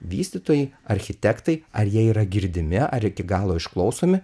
vystytojai architektai ar jie yra girdimi ar iki galo išklausomi